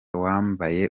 wambaye